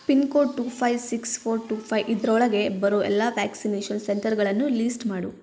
pin code two five six four two five ಇದ್ರೊಳಗೆ ಬರೋ ಎಲ್ಲಾ ವ್ಯಾಕ್ಸಿನೇಷನ್ ಸೆಂಟರ್ಗಳನ್ನು ಲೀಸ್ಟ್ ಮಾಡು